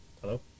hello